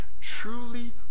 truly